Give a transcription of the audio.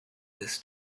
this